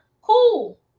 Cool